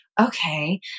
okay